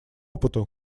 опыту